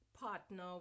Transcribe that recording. Partner